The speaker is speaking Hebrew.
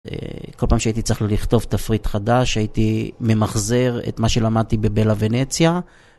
כל פעם שהייתי צריך לכתוב תפריט חדש, הייתי ממחזר את מה שלמדתי בבלה ונציה.